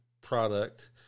product